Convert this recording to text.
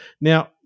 Now